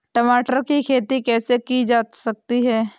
टमाटर की खेती कैसे की जा सकती है?